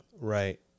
Right